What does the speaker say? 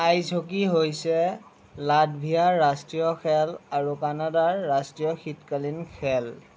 ice hockey হৈছে লাটভিয়াৰ ৰাষ্ট্ৰীয় খেল আৰু কানাডাৰ ৰাষ্ট্ৰীয় শীতকালীন খেল